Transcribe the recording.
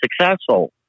successful